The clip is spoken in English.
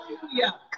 hallelujah